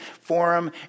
forum